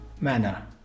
manner